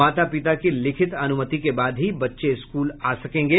माता पिता की लिखित अनुमति के बाद ही बच्चे स्कूल आ सकेंगे